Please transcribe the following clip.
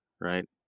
right